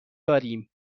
داریم